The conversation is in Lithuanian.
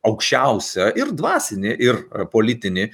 aukščiausią ir dvasinį ir politinį